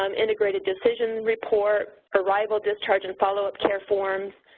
um integrated decision report, arrival discharge and followup care forms,